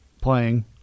playing